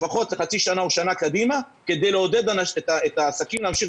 לפחות לחצי שנה או שנה קדימה כדי לעודד את העסקים להמשיך